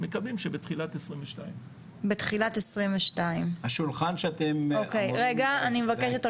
מקווים שבתחילת 2022. בתחילת 2022. השולחן שאתם אומרים --- רגע אני מבקשת,